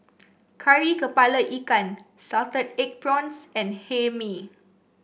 Kari kepala Ikan Salted Egg Prawns and Hae Mee